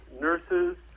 nurses